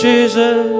Jesus